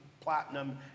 platinum